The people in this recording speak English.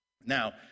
Now